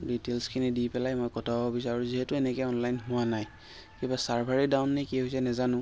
ডিটেইলছখিনি দি পেলাই মই পঠাব বিচাৰোঁ যিহেতু এনেকৈ অনলাইন হোৱা নাই কিবা ছাৰ্ভাৰে ডাউন নে কি হৈছে নেজানো